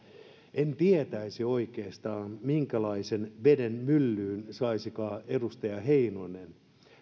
en tietäisi oikeastaan minkälaisen veden myllyyn saisikaan edustaja heinonen